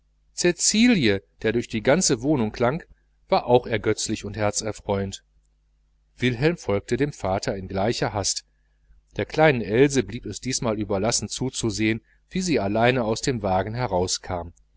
cäcilie der durch die ganze wohnung klang war auch ergötzlich und herzerfreuend wilhelm folgte dem vater in gleicher hast der kleinen else blieb es diesmal überlassen zuzusehen wie sie allein aus dem wagenschlag herauskam